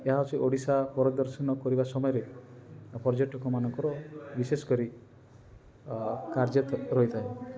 ଏହା ହଉଛି ଓଡ଼ିଶା ପରିଦର୍ଶନ କରିବା ସମୟରେ ପର୍ଯ୍ୟଟକ ମାନଙ୍କର ବିଶେଷ କରି ଆ କାର୍ଯ୍ୟ ରହିଥାଏ